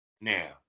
now